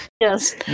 Yes